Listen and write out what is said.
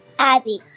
Abby